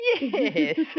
Yes